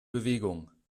bewegung